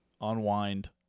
unwind